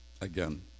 Again